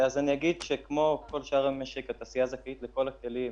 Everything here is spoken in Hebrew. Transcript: אני אגיד שכמו כל שאר המשק התעשייה זכאית לכל הכלים,